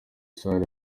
salle